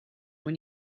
when